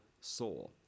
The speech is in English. soul